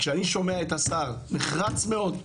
כשאני שומע את השר נחרץ מאוד,